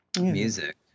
music